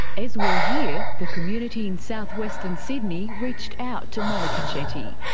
as we'll hear, the community in south-western sydney reached out to monika chetty.